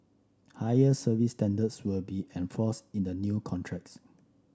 higher service standards will be enforced in the new contracts